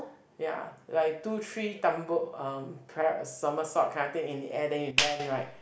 ya like two three tumble um pa~ somersault kind of thing in the air then you land right